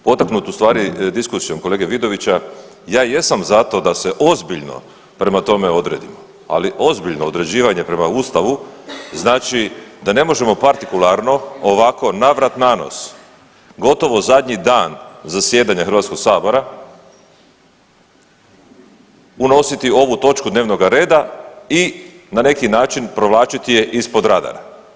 Potaknut ustvari diskusijom kolege Vidovića ja jesam za to da se ozbiljno prema tome odredimo, ali ozbiljno određivanje prema ustavu znači da ne možemo partikularno ovako na vrat na nos, gotovo zadnji dan zasjedanja HS-a unositi ovu točku dnevnoga reda i na neki način provlačit je ispod radara.